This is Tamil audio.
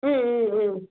ம் ம் ம்